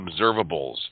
observables